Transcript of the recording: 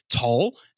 tall